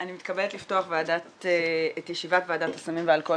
אני מתכבדת לפתוח את ישיבת ועדת הסמים והאלכוהול